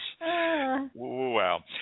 Wow